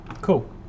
Cool